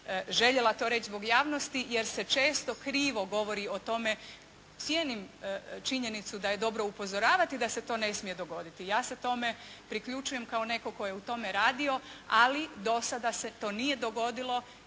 željela reći zbog javnosti, jer se često krivo govori o tome. Cijenim činjenicu da je dobro upozoravati da se to ne smije dogoditi. Ja se tome priključujem kao netko tko je u tome radio, ali do sada se to nije dogodilo